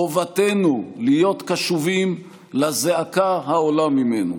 חובתנו להיות קשובים לזעקה העולה ממנו.